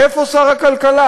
איפה שר הכלכלה?